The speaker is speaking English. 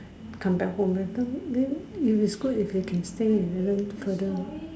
come back home later then if it's good if you can stay even further